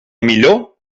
millor